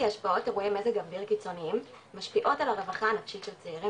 השפעות מזג אוויר קיצוניים משפיעות על הרווחה הנפשית של צעירים